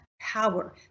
power